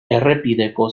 errepideko